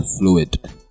fluid